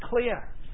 clear